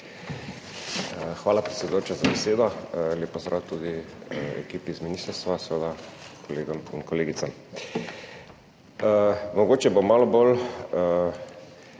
Hvala predsedujoča za besedo. Lep pozdrav tudi ekipi z ministrstva, seveda kolegom in kolegicam! Mogoče bom malo bolj